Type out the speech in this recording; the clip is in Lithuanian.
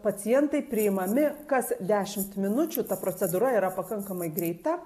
pacientai priimami kas dešimt minučių ta procedūra yra pakankamai greita